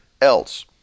else